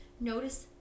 notice